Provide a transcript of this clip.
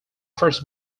first